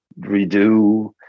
redo